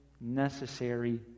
necessary